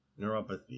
neuropathy